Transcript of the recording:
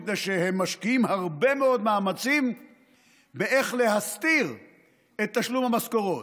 מפני שהם משקיעים הרבה מאוד מאמצים בלהסתיר את תשלום המשכורות.